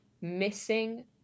missing